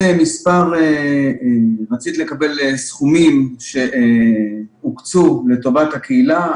רצית לקבל סכומים שהוקצו לטובת הקהילה,